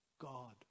God